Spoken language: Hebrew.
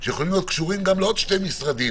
שיכולים להיות קשורים גם לעוד שני משרדים